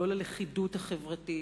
לא ללכידות החברתית,